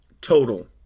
total